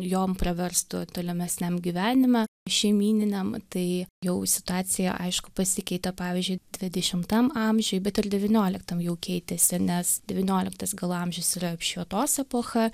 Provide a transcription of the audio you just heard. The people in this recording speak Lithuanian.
jom praverstų tolimesniam gyvenime šeimyniniam tai jau situacija aišku pasikeitė pavyzdžiui dvidešimtam amžiuj bet ir devynioliktam jau keitėsi nes devynioliktas gal amžius yra apšvietos epocha